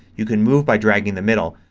you can move by dragging the middle.